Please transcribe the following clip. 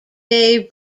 day